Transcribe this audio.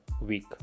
week